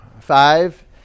Five